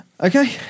Okay